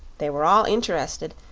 they were all interested,